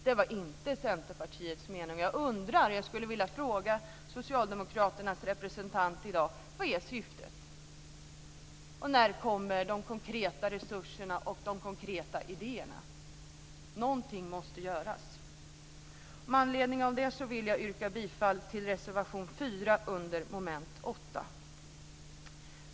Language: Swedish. Det var inte Centerpartiets mening. Jag undrar, och jag skulle vilja fråga Socialdemokraternas representant i dag: Vilket är syftet? När kommer de konkreta resurserna och de konkreta idéerna? Någonting måste göras. Med anledning av det yrkar jag bifall till reservation 4 under mom. 8.